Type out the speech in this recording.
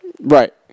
Right